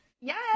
Yes